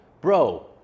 bro